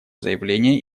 заявление